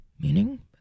meaning